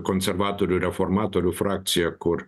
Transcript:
konservatorių reformatorių frakcija kur